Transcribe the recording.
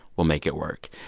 we'll make it work.